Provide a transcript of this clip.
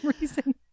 reason